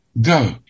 go